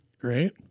Great